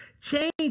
change